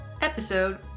Episode